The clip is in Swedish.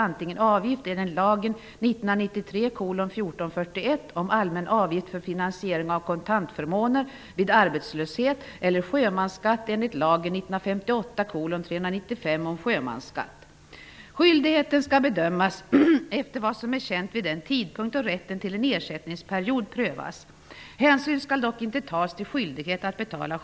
Först vill jag börja med att konstatera att jag är både förvånad över och besviken på Genom att man så sent lämnar ifrån sig en proposition som dessutom har så många brister, anser jag att man inte till fullo har tagit sitt ansvar.